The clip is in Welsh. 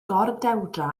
gordewdra